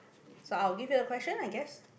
so I will give the question lah I guess